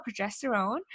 progesterone